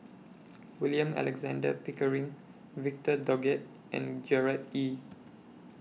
William Alexander Pickering Victor Doggett and Gerard Ee